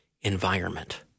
environment